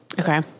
Okay